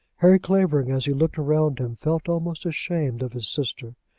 harry clavering, as he looked around him, felt almost ashamed of his sister.